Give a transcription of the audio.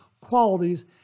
qualities